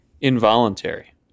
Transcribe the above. involuntary